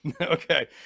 okay